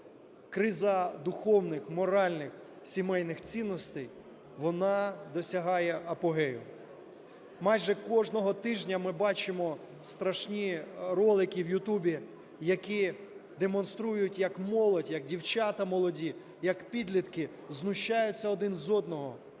криза духовних, моральних, сімейних цінностей, вона досягає апогею. Майже кожного тижня ми бачимо страшні ролики вYouTube, які демонструють як молодь, як дівчата молоді, як підлітки знущаються один з одного,